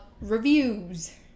reviews